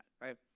right